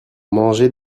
mangé